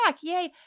yay